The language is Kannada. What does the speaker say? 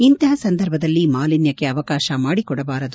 ಇಂತಹ ಸಂದರ್ಭದಲ್ಲಿ ಮಾಲಿನ್ಲಕ್ಷೆ ಅವಕಾಶ ಮಾಡಿಕೊಡಬಾರದು